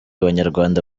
banyarwanda